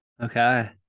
Okay